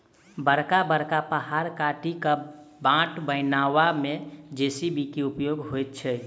बड़का बड़का पहाड़ काटि क बाट बनयबा मे जे.सी.बी के उपयोग होइत छै